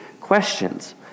questions